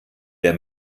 der